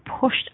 pushed